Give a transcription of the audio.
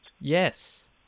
Yes